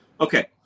Okay